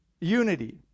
unity